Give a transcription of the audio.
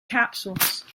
capsules